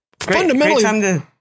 fundamentally